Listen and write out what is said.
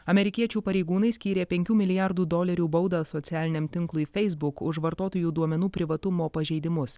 amerikiečių pareigūnai skyrė penkių milijardų dolerių baudą socialiniam tinklui feisbuk už vartotojų duomenų privatumo pažeidimus